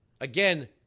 Again